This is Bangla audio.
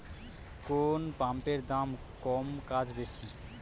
কোন পাম্পের দাম কম কাজ বেশি?